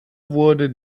wurde